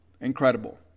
Incredible